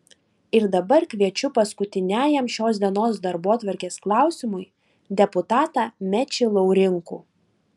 ir dabar kviečiu paskutiniajam šios dienos darbotvarkės klausimui deputatą mečį laurinkų